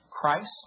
Christ